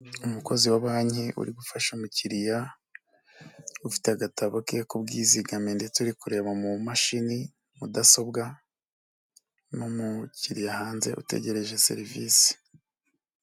Umukozi wa banki uri gufasha umukiriya, ufite agatabo ke k'ubwizigame ndetse uri kureba mu mumashini, mudasobwa, n'umukiriya hanze utegereje serivisi.